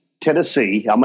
Tennessee